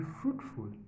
fruitful